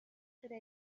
should